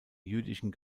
jüdischen